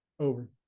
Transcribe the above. over